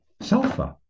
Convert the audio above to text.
sulfur